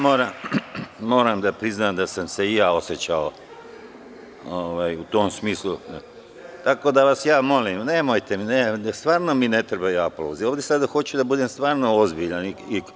Moram da priznam da sam se i ja osećao u tom smislu, tako da vas ja molim, stvarno mi ne trebaju aplauzi, ovde sada hoću da budem stvarno ozbiljan.